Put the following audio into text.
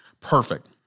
Perfect